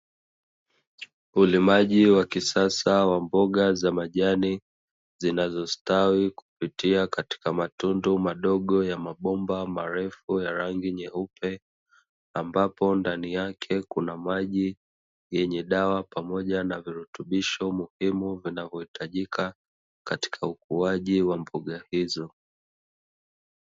Ulimaji wa kisasa wa mboga za majani zinazostawi kupitia katika matundu madogo ya mabomba marefu ya rangi nyeupe, ambapo ndani yake kuna maji yenye dawa pamoja na virutubisho muhimu vinavyohitajika katika ukuaji wa boga hizo.